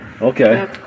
Okay